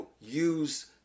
use